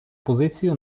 позицію